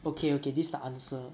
okay okay this the answer